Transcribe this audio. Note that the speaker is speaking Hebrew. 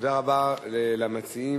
תודה רבה למציעים,